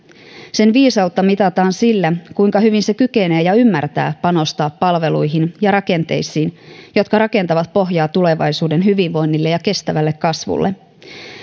sen viisautta mitataan sillä kuinka hyvin se kykenee panostamaan ja ymmärtää panostaa palveluihin ja rakenteisiin jotka rakentavat pohjaa tulevaisuuden hyvinvoinnille ja kestävälle kasvulle